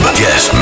yes